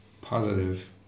positive